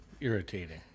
irritating